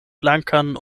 blankan